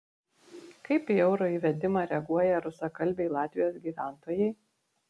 kaip į euro įvedimą reaguoja rusakalbiai latvijos gyventojai